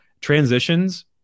Transitions